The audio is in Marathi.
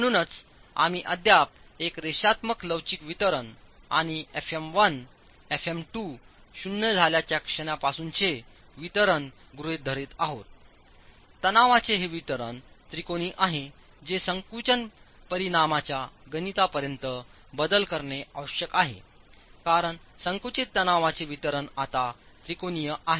म्हणूनच आम्ही अद्याप एक रेषात्मक लवचिक वितरण आणि fm1 fm2 शून्य झाल्याच्या क्षणापासूनचे वितरण गृहित धरत आहोत तणावाचे हे वितरण त्रिकोणी आहे जे संकुचन परिणामाच्या गणितापर्यंत बदल करणे आवश्यक आहे कारण संकुचित तणावांचे वितरण आता त्रिकोणीय आहे